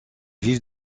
vivent